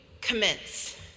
commence